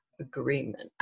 agreement